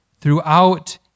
throughout